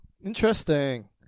Interesting